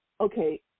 okay